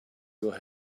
your